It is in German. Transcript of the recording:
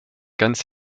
ganz